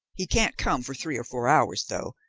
he can't come for three or four hours, though,